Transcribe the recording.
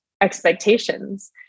expectations